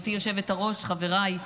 גברתי היושבת-ראש, חבריי,